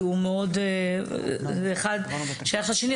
כי האחד שייך לשני,